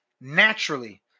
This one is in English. naturally